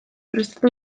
prestatu